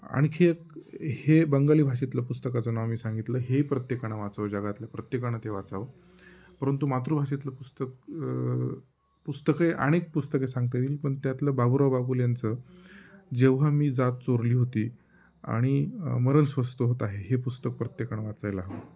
आणखी एक हे बंगाली भाषेतलं पुस्तकाचं नाव मी सांगितलं हे प्रत्येकानं वाचावं जगातल्या प्रत्येकानं ते वाचावं परंतु मातृभाषेतलं पुस्तक पुस्तकं अनेक पुस्तके सांगता येईल पण त्यातलं बाबुराव बागुल यांचं जेव्हा मी जात चोरली होती आणि मरण स्वस्त होत आहे हे पुस्तक प्रत्येकानं वाचायला हवं